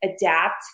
adapt